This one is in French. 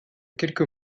quelques